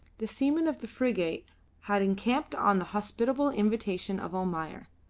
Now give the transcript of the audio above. the seamen of the frigate had encamped on the hospitable invitation of almayer.